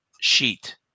sheet